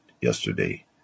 yesterday